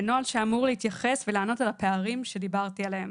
נוהל שאמור להתייחס ולענות על הפערים שדיברתי עליהם.